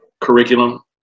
curriculum